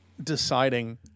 Deciding